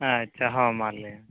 ᱟᱪᱪᱷᱟ ᱦᱮᱸ ᱢᱟ ᱞᱟᱹᱭᱢᱮ